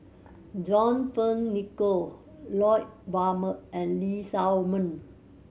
John Fearns Nicoll Lloyd Valberg and Lee Shao Meng